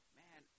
man